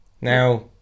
Now